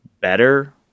better